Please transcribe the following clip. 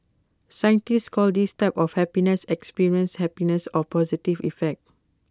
scientists call this type of happiness experienced happiness or positive effect